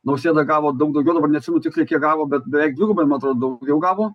nausėda gavo daug daugiau dabar neatsimenu tiksliai kiek gavo bet beveik dvigubai man atrodo daugiau gavo